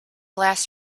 last